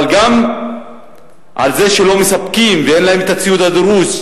אבל גם על זה שלא מספקים ואין להם הציוד הדרוש,